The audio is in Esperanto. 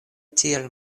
tiel